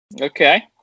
Okay